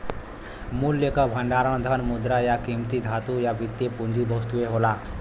मूल्य क भंडार धन, मुद्रा, या कीमती धातु या वित्तीय पूंजी वस्तु होला